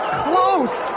close